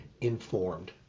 informed